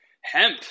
hemp